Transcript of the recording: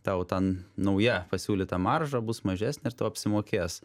tau ten nauja pasiūlyta marža bus mažesnė ir tau apsimokės